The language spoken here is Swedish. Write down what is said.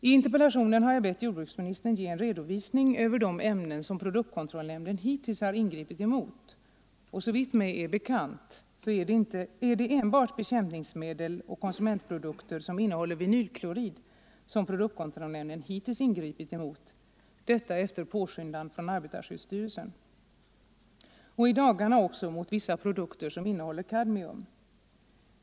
I interpellationen har jag bett jordbruksministern att ge en redovisning av de ämnen som produktkontrollnämnden hittills har ingripit mot. Såvitt mig är bekant har det enbart gällt bekämpningsmedel och konsumentprodukter som innehåller vinylklorid, och produktkontrollnämndens ingripande har skett efter påskyndande från arbetarskyddsstyrelsen. I dagarna har dock produktkontrollnämnden också ingripit mot vissa produkter som innehåller kadmium.